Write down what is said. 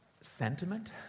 sentiment